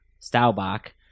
Staubach